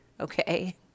Okay